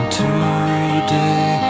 today